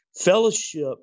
Fellowship